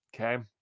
Okay